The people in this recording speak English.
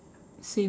same eh